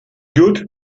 good